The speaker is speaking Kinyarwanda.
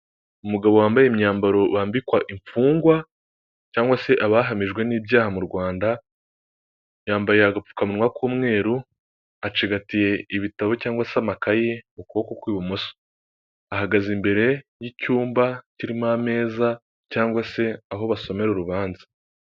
Umugabo wambaye imyambaro bambikwa imfungwa cyangwa se abahamijwe n'ibyaha mu rwanda, yambaye agapfukawa k'umweru acigatiye ibitabo cyangwa se amakayi ukuboko kw'ibumoso. Ahagaze imbere y'icyumba kirimo ameza cg se aho basomera urubanza.